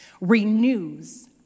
renews